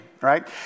right